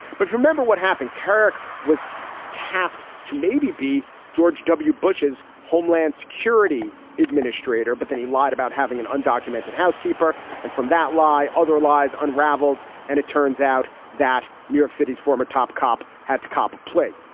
but remember what happened? kerik was tapped to maybe be george w. bush's homeland security administrator. but then he lied about having an undocumented housekeeper. and from that lie, other lies unravelled. and it turns out that new york city's former top cop had to cop a play.